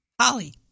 Holly